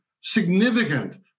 significant